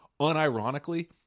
unironically